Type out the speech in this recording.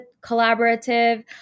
collaborative